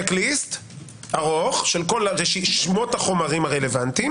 שקל לי מאוד איתם,